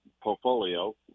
portfolio